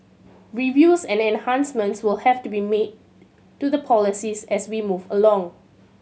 reviews and enhancements will have to be made to the policies as we move along